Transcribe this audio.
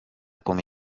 come